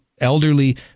elderly